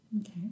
Okay